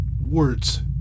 words